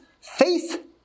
faith